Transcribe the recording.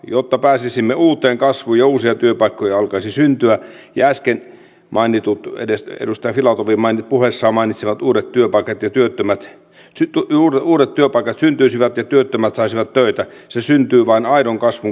jotta pääsisimme uuteen kasvuun ja uusia työpaikkoja alkaisi syntyä ja äsken mainitut tue edestä edustajilla kovimman puheessa mainitsivat uudet työpaikat edustaja filatovin puheessaan mainitsemat uudet työpaikat syntyisivät ja työttömät saisivat töitä se syntyy vain aidon kasvun kautta